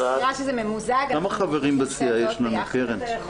כמה חברים בסיעה יש לנו, קרן?